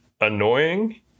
annoying